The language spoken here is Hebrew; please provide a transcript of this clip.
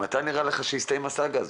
מתי נראה לך שתסתיים הסאגה הזו.